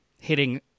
hitting